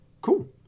Cool